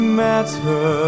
matter